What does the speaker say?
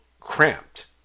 cramped